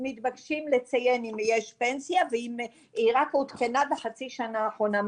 מתבקשים לציין אם יש פנסיה ואם היא רק עודכנה בחצי שנה האחרונה.